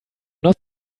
not